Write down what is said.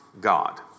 God